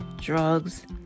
drugs